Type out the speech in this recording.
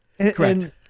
Correct